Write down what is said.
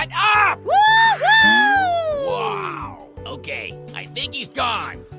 um ah wow, okay, i think he's gone.